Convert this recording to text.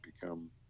become